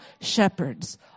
shepherds